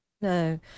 No